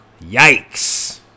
Yikes